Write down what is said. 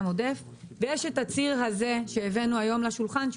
ויש את הציר הזה שהבאנו היום לשולחן,